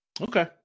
Okay